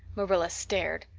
marilla stared.